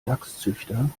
dachszüchter